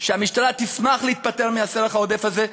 שהמשטרה תשמח להיפטר מן הסרח העודף הזה,